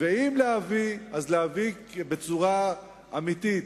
ואם להביא, אז להביא בצורה אמיתית.